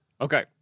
Okay